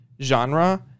genre